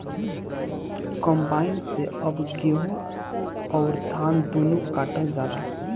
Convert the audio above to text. combine से अब गेहूं अउर धान दूनो काटल जाला